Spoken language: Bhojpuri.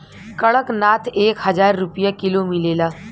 कड़कनाथ एक हजार रुपिया किलो मिलेला